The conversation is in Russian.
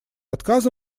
отказа